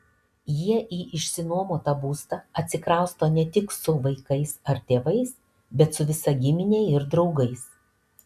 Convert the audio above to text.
jie į išsinuomotą būstą atsikrausto ne tik su vaikais ar tėvais bet su visa gimine ir draugais